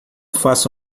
faça